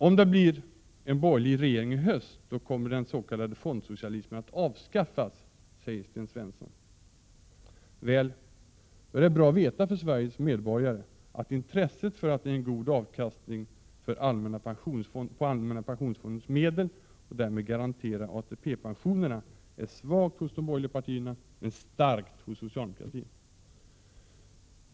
Om det blir en borgerlig regering i höst kommer den s.k. fondsocialismen att avskaffas, säger Sten Svensson. Då är det bra för Sveriges medborgare att veta att intresset för att det ges en god avkastning på allmänna pensionsfondens medel, och att ATP-pensionerna därmed garanteras, är svagt hos de borgerliga partierna men starkt hos socialdemokratin.